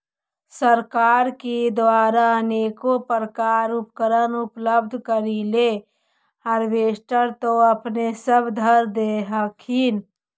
सरकार के द्वारा अनेको प्रकार उपकरण उपलब्ध करिले हारबेसटर तो अपने सब धरदे हखिन?